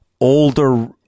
older